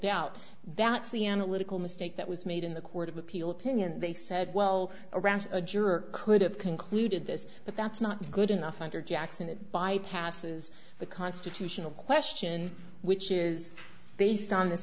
doubt that's the analytical mistake that was made in the court of appeal opinion they said well around a juror could have concluded this but that's not good enough under jackson it bypasses the constitutional question which is based on th